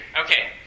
okay